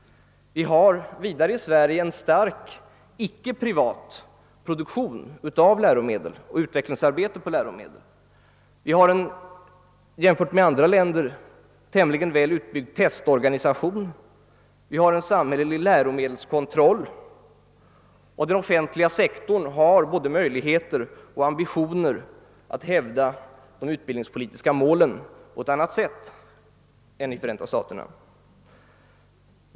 Vi har vidare i Sverige en stark icke privat produktion av läromedel och utvecklingsarbete på läromedel. Vi har en jämfört med andra länder tämligen välutbyggd testorganisation, en samhällelig läromedelskontroll, och den offentliga sektorn har både möjligheter och ambitioner att hävda de utbildningspo litiska målen på ett annat sätt än i Förenta staterna.